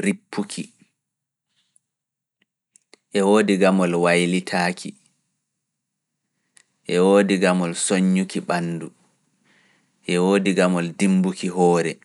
rippuki, gamol wailitaaki, gamol sonnyuki banndu e gamol dimbuki hoore